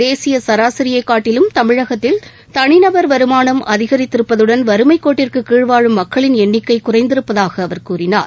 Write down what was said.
தேசிய சராசியைக் காட்டிலும் தமிழகத்தில் தனிநபர் வருமானம் அதிகரித்திருப்பதுடன் வறுமைக் கோட்டிற்கு கீழ் வாழும் மக்களின் எண்ணிக்கை குறைந்திருப்பதாக அவர் கூறினார்